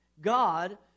God